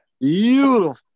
beautiful